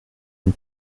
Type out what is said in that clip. une